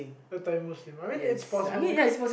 part time Muslim I mean it's possible because